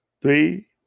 three